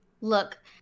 Look